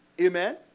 Amen